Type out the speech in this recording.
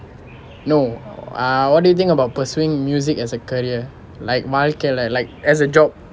no ah what do you think about pursuing music as a career like வாழ்க்கையில:vaalkaiyila like as a job